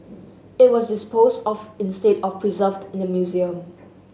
it was disposed of instead of preserved in the museum